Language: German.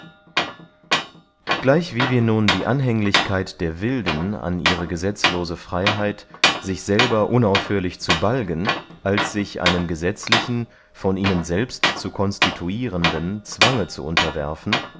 gleichwie wir nun die anhänglichkeit der wilden an ihre gesetzlose freyheit sich lieber unaufhörlich zu balgen als sich einem gesetzlichen von ihnen selbst zu constituirenden zwange zu unterwerfen